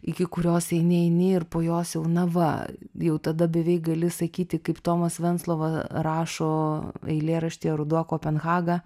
iki kurios eini eini ir po jos jau na va jau tada beveik gali sakyti kaip tomas venclova rašo eilėraštyje ruduo kopenhaga